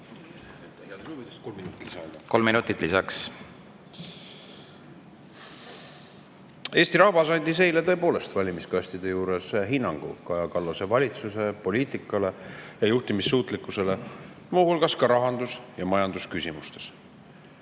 Eesti rahvas andis eile tõepoolest valimiskastide juures hinnangu Kaja Kallase valitsuse poliitikale ja juhtimissuutlikkusele, muu hulgas ka rahandus- ja majandusküsimustes.